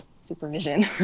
supervision